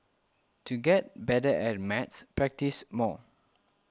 to get better at maths practise more